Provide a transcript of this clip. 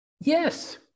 Yes